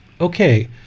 okay